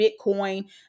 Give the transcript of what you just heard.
Bitcoin